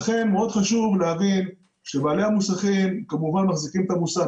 לכן מאוד חשוב להבין שבעלי המוסכים כמובן מחזיקים את המוסך,